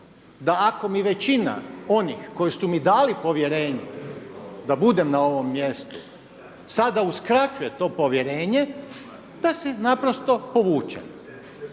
da ako mi većina onih koji su mi dali povjerenje da budem na ovom mjestu, sada uskraćuje to povjerenje da se naprosto povučem.